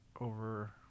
over